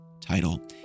title